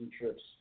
trips